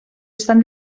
estan